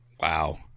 Wow